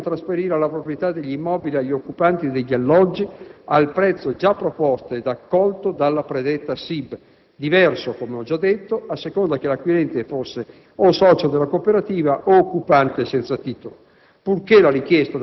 e si assumevano l'impegno a trasferire la proprietà degli immobili agli occupanti degli alloggi al prezzo già proposto ed accolto dalla predetta SIB (diverso, come ho già detto, a seconda che l'acquirente fosse socio della cooperativa od occupante senza titolo),